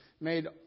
made